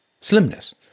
slimness